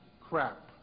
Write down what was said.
crap